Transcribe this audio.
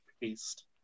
paste